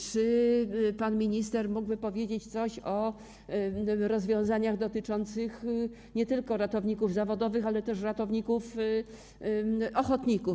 Czy pan minister mógłby powiedzieć coś o rozwiązaniach dotyczących nie tylko ratowników zawodowych, ale też ratowników ochotników?